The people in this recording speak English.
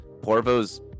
Porvo's